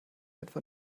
etwa